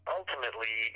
ultimately